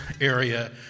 area